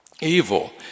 evil